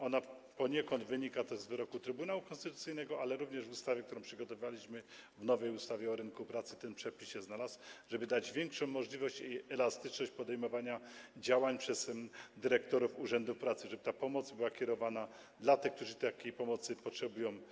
Ona poniekąd wynika też z wyroku Trybunału Konstytucyjnego, ale również w ustawie, którą przygotowaliśmy, w nowej ustawie o rynku pracy ten przepis się znalazł, żeby dać większą możliwość i zwiększyć elastyczność podejmowania działań przez dyrektorów urzędów pracy, żeby ta pomoc była kierowana do tych, którzy takiej pomocy potrzebują.